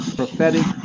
prophetic